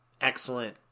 Excellent